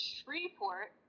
Shreveport